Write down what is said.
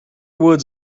woods